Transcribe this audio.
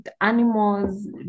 animals